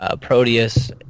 Proteus